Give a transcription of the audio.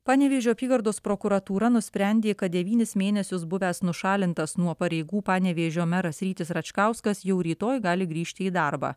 panevėžio apygardos prokuratūra nusprendė kad devynis mėnesius buvęs nušalintas nuo pareigų panevėžio meras rytis račkauskas jau rytoj gali grįžti į darbą